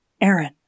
Aaron